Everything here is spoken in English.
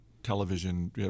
Television